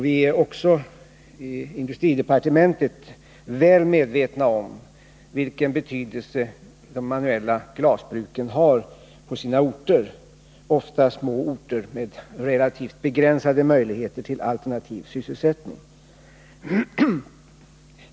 Vi är i industridepartementet också väl medvetna om vilken betydelse de manuella glasbruken har på sina orter — orter som ofta är små och har relativt begränsade möjligheter till alternativ sysselsättning.